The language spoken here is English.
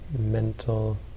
mental